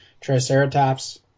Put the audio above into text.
triceratops